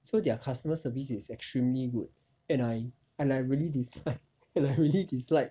so their customer service is extremely good and I and I really dislike and I really dislike